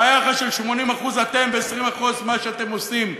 ביחס של 80% אתם ו-20% מה שאתם עושים,